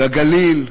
לגליל,